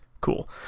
cool